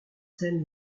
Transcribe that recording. scène